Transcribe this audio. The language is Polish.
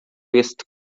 jest